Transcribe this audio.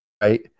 right